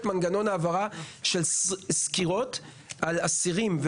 מנגנון ההעברה של סקירות על אסירים,